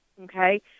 okay